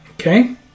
okay